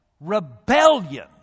rebellion